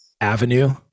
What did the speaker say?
avenue